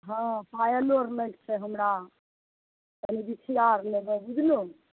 हाँ पायलो आर लएके छै हमरा तनि बिछिया आर लेबय बुझलहो